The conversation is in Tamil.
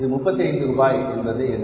இது 35 ரூபாய் என்பது என்ன